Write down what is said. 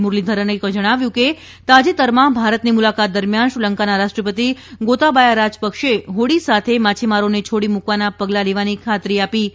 મુરલીધરને જણાવ્યું કે તાજેતરમાં ભારતની મુલાકાત દરમિયાન શ્રીલંકાના રાષ્ટ્રપતિ ગોતાબાયા રાજપક્ષેએ હોડી સાથે માછીમારોને છોડી મુકવાનાં પગલાં લેવાની ખાતરી આપી છે